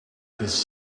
this